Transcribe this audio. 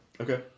Okay